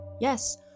Yes